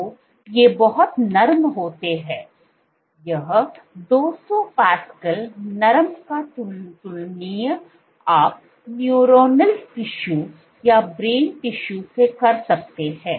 तो ये बहुत नरम होते हैं यह 200 पास्कल नरम का तुलनीय आप न्यूरोनल टिशू या ब्रेन टिशू से कर सकते हैं